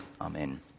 Amen